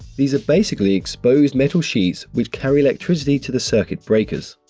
these are basically exposed metal sheets which carry electricity to the circuit breakers.